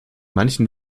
manchen